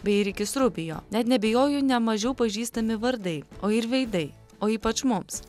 bei rikis rubio net neabejoju ne mažiau pažįstami vardai o ir veidai o ypač mums